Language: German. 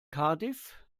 cardiff